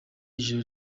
ijoro